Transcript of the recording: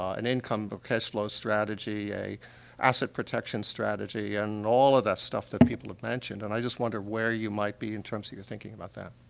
ah, an income, a cash flow strategy, a asset-protection strategy, and all of that stuff that people have mentioned, and i just wonder where you might be in terms of your thinking about that.